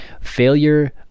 failure